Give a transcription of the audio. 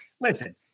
listen